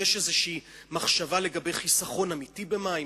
יש איזו מחשבה לגבי חיסכון אמיתי במים?